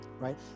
right